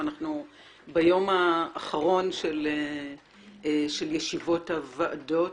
ואנחנו ביום האחרון של ישיבות הוועדות,